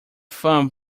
fun